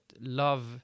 love